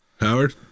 howard